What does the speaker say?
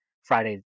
Friday